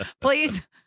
please